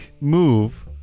move